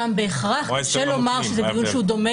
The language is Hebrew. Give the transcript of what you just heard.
שם בהכרח קשה לומר שזה דיון שדומה